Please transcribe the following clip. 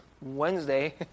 Wednesday